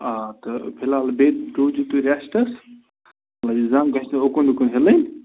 آ تہٕ فِلحال بیٚیہِ روٗزِو تُہۍ ریسٹَس زَنٛگ گژھِ نہٕ اوٚکُن یِکُن ہِلٕنۍ